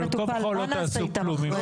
בין כה וכה לא תעשו כלום.